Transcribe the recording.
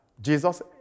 Jesus